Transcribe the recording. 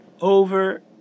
over